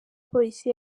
polisi